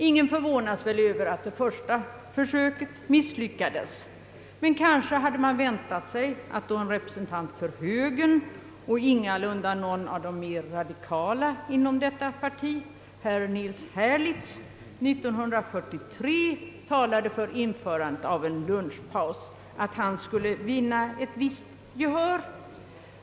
Ingen förvånas väl över att det första försöket misslyckades. Men kanske hade man väntat sig, att då en representant för högern, och ingalunda någon av de mera radikala inom detta parti, nämligen herr Nils Herlitz, år 1943 talade för införande av en lunchpaus, förslaget skulle vinna ett visst gehör.